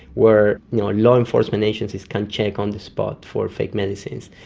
where you know law enforcement agencies can check on the spot for fake medicines.